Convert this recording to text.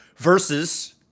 Versus